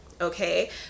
Okay